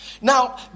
Now